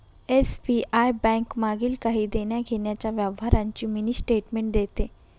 SBI bank मागील काही देण्याघेण्याच्या व्यवहारांची मिनी स्टेटमेंट देते